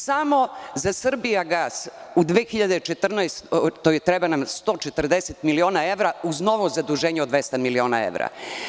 Samo za „Srbijagas“ u 2014. godini treba nam 140 miliona evra, uz novo zaduženje od 200 miliona evra.